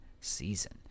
season